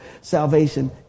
salvation